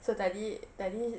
so tadi tadi